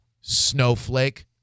snowflake